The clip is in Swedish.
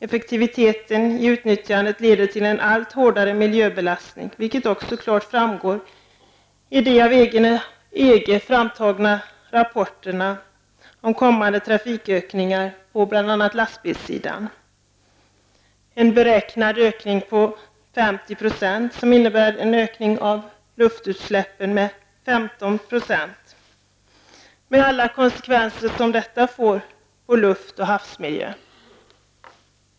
Effektiviteten i utnyttjandet leder till en allt hårdare miljöbelastning, vilket också klart framgår i de av EG framtagna rapporterna om kommande trafikökningar när det gäller lastbilssidan. En beräknad ökning med 50 % innebär en ökning av luftutsläppen med 15 %, med alla konsekvenser detta får på luft och havsmiljö.